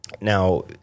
Now